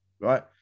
right